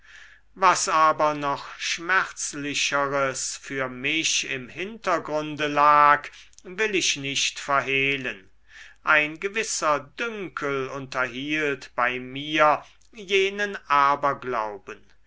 was aber noch schmerzlicheres für mich im hintergrunde lag will ich nicht verhehlen ein gewisser dünkel unterhielt bei mir jenen aberglauben